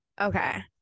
Okay